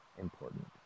important